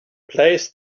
placed